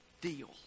deal